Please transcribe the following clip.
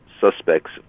suspects